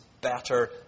better